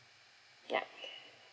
ya